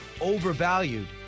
overvalued